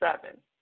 seven